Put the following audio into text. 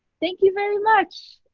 thank you very much.